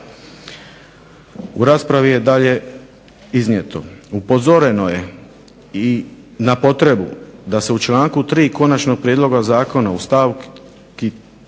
U raspravi je dalje iznijeto, upozoreno je i na potrebu da se u članku 3. konačnog prijedloga zakona u stavci